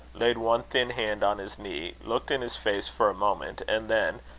laid one thin hand on his knee, looked in his face for a moment, and then,